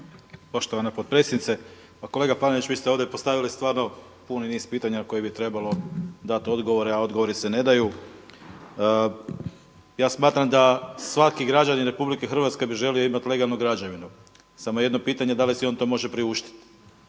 Poštovana potpredsjednice! Kolega Panenić, vi ste ovdje postavili stvarno puni niz pitanja koje bi trebalo dati odgovore a odgovori se ne daju. Ja smatram da svaki građanin Republike Hrvatske bi želio imati legalnu građevinu, samo je jedno pitanje da li si on to može priuštiti.